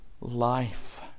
life